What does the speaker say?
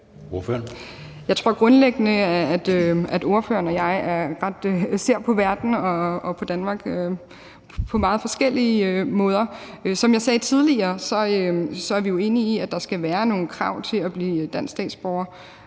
Jeg tror grundlæggende, at ordføreren og jeg ser på verden og på Danmark på meget forskellige måder. Som jeg sagde tidligere, er vi jo enige i, at der skal være nogle krav til at blive dansk statsborger,